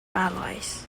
allies